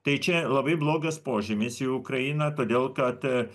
tai čia labai blogas požymis į ukrainą todėl kad